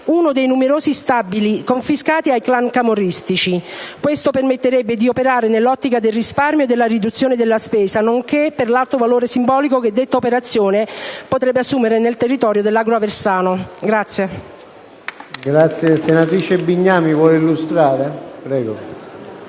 uno dei numerosi stabili confiscati ai clan camorristici. Questo permetterebbe di operare nell'ottica del risparmio e della riduzione della spesa, inoltre, tale operazione potrebbe assumere nel territorio dell'Agro aversano un